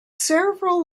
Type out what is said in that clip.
several